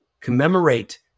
commemorate